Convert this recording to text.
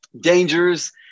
dangers